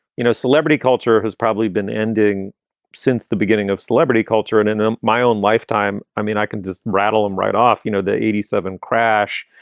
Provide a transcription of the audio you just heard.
you know, celebrity culture has probably been ending since the beginning of celebrity culture and in um my own lifetime. i mean, i can just rattle them right off. you know, the eighty seven crash,